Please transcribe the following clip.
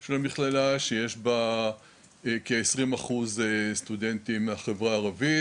של המכללה הוא שיש בה כעשרים אחוז סטודנטים מהחברה הערבית,